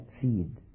seed